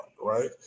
right